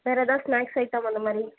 வேறு எதாவது snacks item அந்த மாதிரி